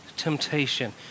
Temptation